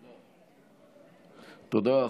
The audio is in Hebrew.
תודה.